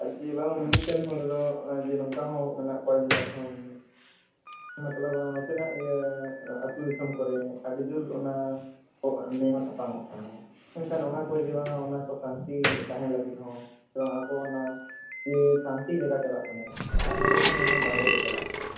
ᱟᱨ ᱪᱮᱫ ᱵᱟᱝ ᱢᱤ ᱢᱤᱫ ᱴᱟᱝ ᱦᱚᱲ ᱫᱚ ᱡᱮ ᱱᱚᱝᱠᱟ ᱦᱚᱸ ᱢᱮᱱᱟᱜ ᱠᱚᱣᱟ ᱡᱮ ᱡᱟᱦᱟᱸ ᱢᱚᱛᱞᱚᱵ ᱱᱚᱛᱮᱱᱟᱜ ᱤᱭᱟᱹ ᱟᱹᱛᱩ ᱫᱤᱥᱚᱢ ᱠᱚᱨᱮ ᱟᱹᱰᱤ ᱡᱳᱨ ᱚᱱᱟ ᱱᱮᱭᱟᱣ ᱛᱟᱯᱟᱢ ᱚᱜ ᱠᱟᱱᱟ ᱮᱱᱠᱷᱟᱱ ᱚᱱᱟ ᱠᱚ ᱡᱮ ᱵᱟᱝᱼᱟ ᱚᱱᱟ ᱠᱚ ᱥᱟᱱᱛᱤ ᱛᱟᱦᱮᱱ ᱞᱟᱹᱜᱤᱫ ᱦᱚᱸ ᱥᱮ ᱟᱠᱚ ᱚᱱᱟ ᱡᱮ ᱥᱟᱱᱛᱤ ᱡᱟᱭᱜᱟ ᱪᱟᱞᱟᱜ ᱥᱟᱱᱟᱭᱮᱫ ᱠᱚᱣᱟ ᱟᱨ ᱱᱚᱸᱰᱮ ᱠᱷᱚᱱ ᱚᱱᱟ ᱵᱟᱨᱦᱮ ᱠᱚ ᱪᱟᱞᱟᱜ ᱠᱟᱱᱟ